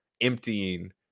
emptying